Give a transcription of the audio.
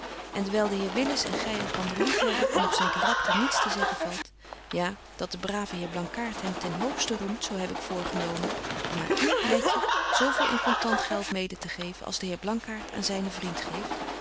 en dewyl de heer willis en gy elkander lief hebben en op zyn karakter niets te zeggen valt ja dat de brave heer blankaart hem ten betje wolff en aagje deken historie van mejuffrouw sara burgerhart hoogsten roemt zo heb ik voorgenomen om aan u letje zo veel in contant geld mede te geven als de heer blankaart aan zynen vriend geeft